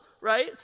right